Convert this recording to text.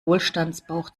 wohlstandsbauch